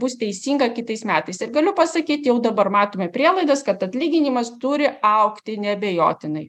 bus teisinga kitais metais ir galiu pasakyt jau dabar matome prielaidas kad atlyginimas turi augti neabejotinai